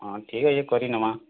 ହଁ ଠିକ୍ ଅଛେ କରିନେମା